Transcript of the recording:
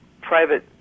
private